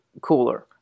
cooler